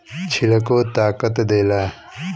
छिलको ताकत देला